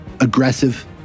aggressive